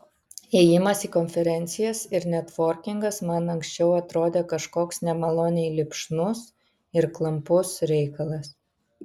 ėjimas į konferencijas ir netvorkingas man anksčiau atrodė kažkoks nemaloniai lipšnus ir klampus reikalas